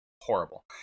horrible